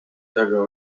taga